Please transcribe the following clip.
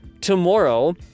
tomorrow